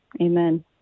Amen